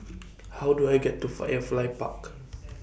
How Do I get to Firefly Park